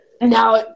Now